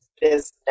business